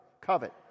covet